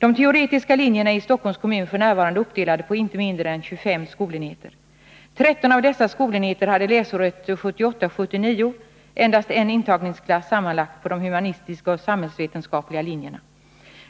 De teoretiska linjerna är i Stockholms kommun f. n. uppdelade på inte mindre än 25 skolenheter. 13 av dessa skolenheter hade läsåret 1978/79 endast en intagningsklass sammanlagt på de humanistiska och samhällsvetenskapliga linjerna.